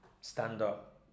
stand-up